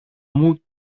μου